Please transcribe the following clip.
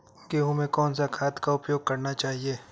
गेहूँ में कौन सा खाद का उपयोग करना चाहिए?